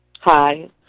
Hi